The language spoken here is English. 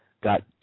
got